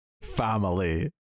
Family